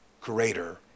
greater